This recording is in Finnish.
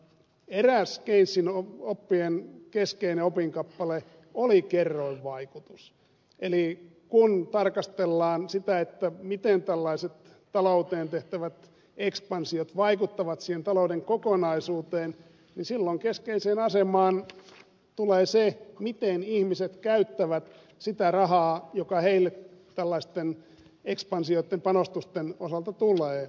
eräs keynesin oppien keskeinen opinkappale oli kerroinvaikutus eli kun tarkastellaan sitä miten tällaiset talouteen tehtävät ekspansiot vaikuttavat siihen talouden kokonaisuuteen niin silloin keskeiseen asemaan tulee se miten ihmiset käyttävät sitä rahaa joka heille tällaisten ekspansioitten panostusten osalta tulee